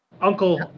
uncle